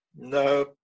No